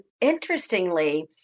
interestingly